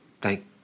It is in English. Thank